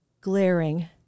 glaring